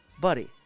Buddy